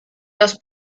los